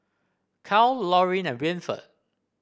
Cal Lorin and Winford